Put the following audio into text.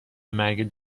مرگ